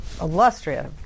illustrious